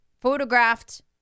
photographed